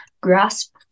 grasp